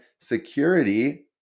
Security